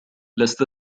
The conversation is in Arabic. لست